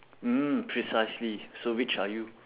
mm precisely so which are you